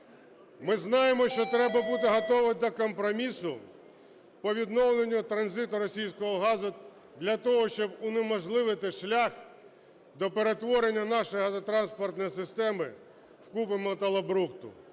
Ми знаємо, що треба бути готовим до компромісу по відновленню транзиту російського газу для того, щоб унеможливити шлях до перетворення нашої газотранспортної системи в купу металобрухту.